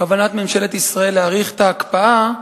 ממשלת ישראל להאריך את ההקפאה.